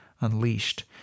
unleashed